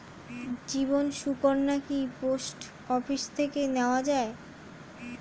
জীবন সুকন্যা কি post office থেকে নেওয়া যায়?